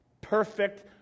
Perfect